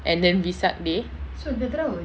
and then vesak day